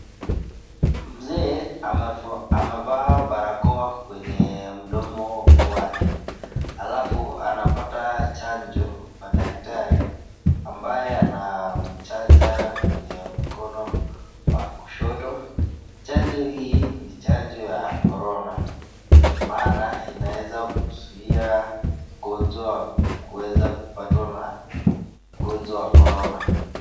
Mzee amevaa barakoa kwenye mdomo wake. Alafu anapata chanjo kwa daktari ambaye anamchanja kwenye mkono wa kushoto. Chanjo hii ni chanjo ya Corona maana inaweza kuzuia ugonjwa wa kuweza kupatwa na ugonjwa wa Corona.